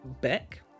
Beck